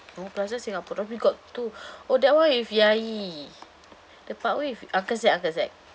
oh plaza singapura we got two oh that one with yayee the parkway with uncle zach uncle zach